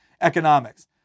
economics